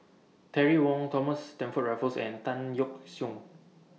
Terry Wong Thomas Stamford Raffles and Tan Yeok Seong